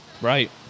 Right